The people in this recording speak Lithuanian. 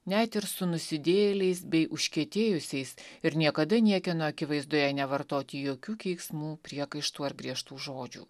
net ir su nusidėjėliais bei užkietėjusiais ir niekada niekieno akivaizdoje nevartoti jokių keiksmų priekaištų ar griežtų žodžių